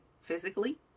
physically